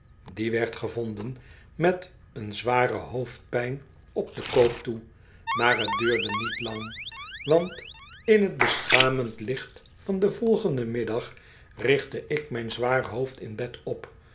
die werd gevonden met een zware hoofdpijn op den koop toe maar t duurde niet lang wantin het beschamend licht van den volgenden middag richtte ik mijn zwaar hoofd in bed op